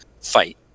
fight